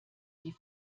die